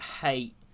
hate